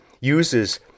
uses